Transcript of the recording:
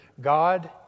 God